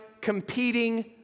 competing